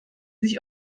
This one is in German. sich